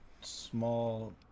small